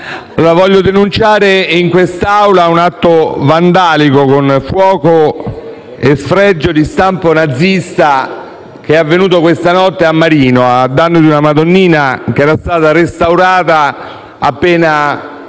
voglio denunciare in quest'Aula un atto vandalico con fuoco e sfregio di stampo nazista, avvenuto questa notte a Marino, a danno di una Madonnina che era stata restaurata appena